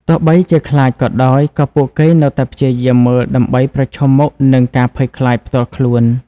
ទោះបីជាខ្លាចក៏ដោយ ក៏ពួកគេនៅតែព្យាយាមមើលដើម្បីប្រឈមមុខនឹងការភ័យខ្លាចផ្ទាល់ខ្លួន។